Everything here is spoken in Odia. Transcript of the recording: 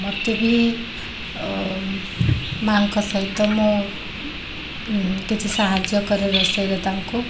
ମୋତେ ବି ମାଆଙ୍କ ସହିତ ମୁଁ କିଛି ସାହାଯ୍ୟ କରେ ରୋଷେଇରେ ତାଙ୍କୁ